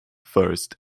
first